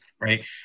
right